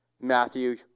Matthew